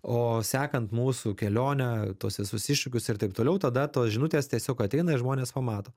o sekant mūsų kelionę tuos visus iššūkius ir taip toliau tada tos žinutės tiesiog ateina ir žmonės pamato